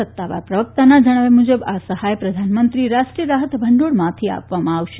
સત્તાવાર પ્રવક્તાના જણાવ્યા મુજબ આ સહાય પ્રધાનમંત્રી રાષ્ટ્રીય રાહત ભંડોળમાંથી આપવામાં આવશે